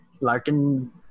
Larkin